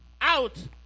out